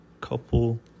couple